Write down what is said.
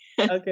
okay